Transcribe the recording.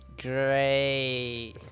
Great